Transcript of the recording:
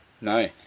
No